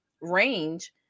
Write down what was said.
range